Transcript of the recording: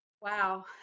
Wow